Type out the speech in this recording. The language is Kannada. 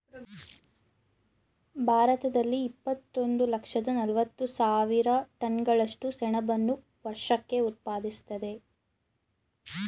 ಭಾರತದಲ್ಲಿ ಇಪ್ಪತ್ತೊಂದು ಲಕ್ಷದ ನಲವತ್ತು ಸಾವಿರ ಟನ್ಗಳಷ್ಟು ಸೆಣಬನ್ನು ವರ್ಷಕ್ಕೆ ಉತ್ಪಾದಿಸ್ತದೆ